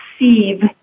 receive